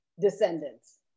descendants